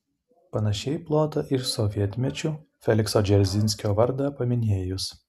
panašiai plota ir sovietmečiu felikso dzeržinskio vardą paminėjus